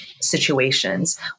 situations